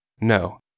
No